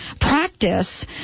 practice